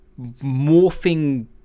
morphing